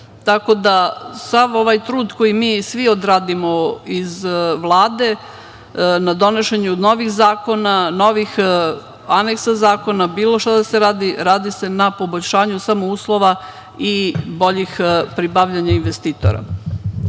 ka EU. Sav ovaj trud, koji mi svi odradimo iz Vlade, na donošenju novih zakona, novih aneksa zakona, bilo šta da se radi, radi se na poboljšanju uslova i pribavljanju boljih investitora.